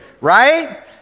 right